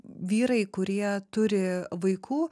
vyrai kurie turi vaikų